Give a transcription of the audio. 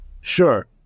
Sure